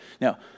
Now